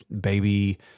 baby